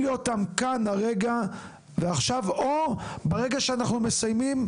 לי אותם כאן הרגע ועכשיו או ברגע שאנחנו מסיימים,